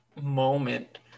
moment